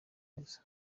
neza